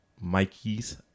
Mikey's